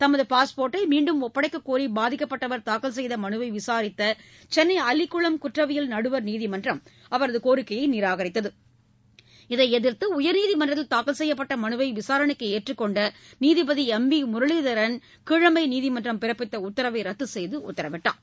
தமது பாஸ்போட்டை மீண்டும் ஒப்படைக்கக் கோரி பாதிக்கப்பட்டவர் தாக்கல் செய்த மனுவை விசாரித்த சென்னை அல்லிக்குளம் குற்றவியல் நடுவர் நீதிமன்றம் அவரது கோரிக்கையை நிராகரித்தது இதை எதிர்த்து உயர்நீதிமன்றத்தில் தாக்கல் செய்யப்பட்ட மனுவை விசாரணைக்கு ஏற்றுக்கொண்ட நீதிபதி எம் வி முரளீதரன் கீழமை நீதிமன்றம் பிறப்பித்த உத்தரவை ரத்து செய்து உத்தரவிட்டார்